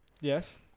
Yes